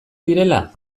direla